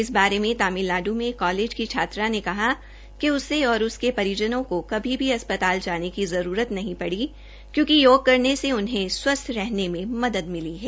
इस बारे में तामिलनाड् में एक कालेज की छात्रा ने कहा कि उसे और उसके परिजनों को कभी भी अस्पताल जाने की जरूरत नहीं पड़ी क्योंकि योग करने से उन्हें स्वस्थ रहने में मदद मिलती है